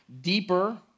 deeper